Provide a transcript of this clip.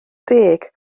deg